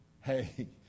Hey